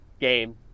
game